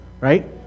right